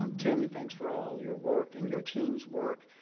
um tammy, thanks for all your work and your team's work.